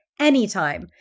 Anytime